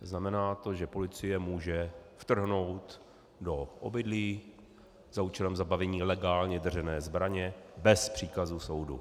Znamená to, že policie může vtrhnout do obydlí za účelem zabavení legálně držené zbraně bez příkazu soudu.